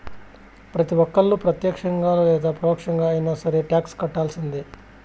ప్రతి ఒక్కళ్ళు ప్రత్యక్షంగా లేదా పరోక్షంగా అయినా సరే టాక్స్ కట్టాల్సిందే